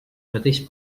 mateix